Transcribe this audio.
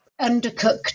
undercooked